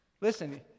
Listen